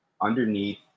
underneath